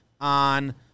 on